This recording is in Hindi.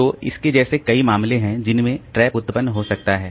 तो इसके जैसे कई मामले हैं जिनमें ट्रैप उत्पन्न हो सकता है